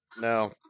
No